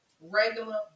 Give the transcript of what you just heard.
regular